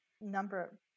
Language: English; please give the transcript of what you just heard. number